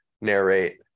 narrate